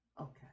Okay